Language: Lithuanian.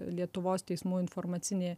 lietuvos teismų informacinė